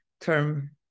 term